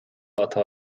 atá